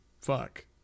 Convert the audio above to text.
fuck